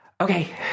Okay